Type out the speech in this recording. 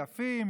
יפים,